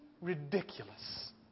Ridiculous